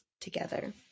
together